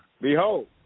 Behold